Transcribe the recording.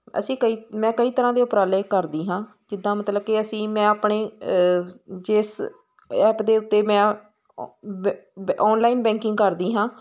ਅਸੀਂ ਕਈ ਮੈਂ ਕਈ ਤਰ੍ਹਾਂ ਦੇ ਉਪਰਾਲੇ ਕਰਦੀ ਹਾਂ ਜਿੱਦਾਂ ਮਤਲਬ ਕਿ ਅਸੀਂ ਮੈਂ ਆਪਣੇ ਜਿਸ ਐਪ ਦੇ ਉੱਤੇ ਮੈਂ ਓਨਲਾਈਨ ਬੈਂਕਿੰਗ ਕਰਦੀ ਹਾਂ